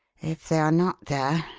if they are not there,